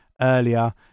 earlier